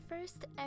first